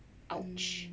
!ouch!